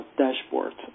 dashboard